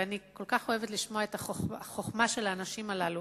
אני כל כך אוהבת לשמוע את החוכמה של האנשים הללו,